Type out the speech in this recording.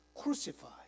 Crucified